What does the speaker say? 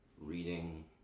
reading